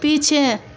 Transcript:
पीछे